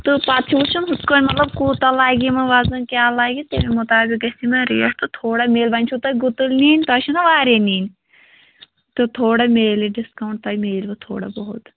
تہٕ پَتہٕ چھِ وٕچھُن ہُتھ کٔنۍ مطلب کوٗتاہ لَگہِ یِمَن وَزنَن کیٛاہ لَگہِ تَمی مُطابِق گژھِ یِمَن ریٹ تہِ تھوڑا میلہِ وۄنۍ چھُو تۄہہِ گُتُلۍ نِنۍ تۄہہِ چھُو نا واریاہ نِنۍ تہٕ تھوڑا میلہِ ڈِسکاوُنٹ تۄہہِ میلوٕ تھوڑا بہت